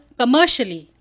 commercially